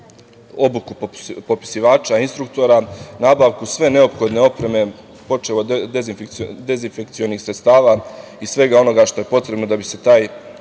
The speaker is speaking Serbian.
obuku popisivača, instruktora, nabavku sve neophodne opreme, počev od dezinfekcionih sredstava i svega onoga što je potrebno da bi se taj